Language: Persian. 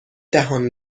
دهان